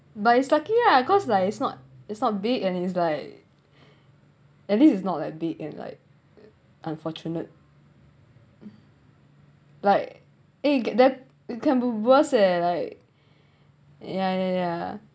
but it's lucky lah cause like it's not it's not big and it's like at least is not that big and like unfortunate like eh that it can be worse eh like ya ya ya